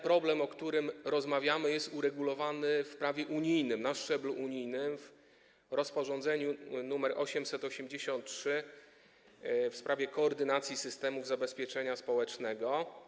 Problem, o którym rozmawiamy, jest uregulowany w prawie unijnym, na szczeblu unijnym, w rozporządzeniu nr 883 w sprawie koordynacji systemów zabezpieczenia społecznego.